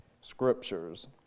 scriptures